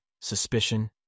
suspicion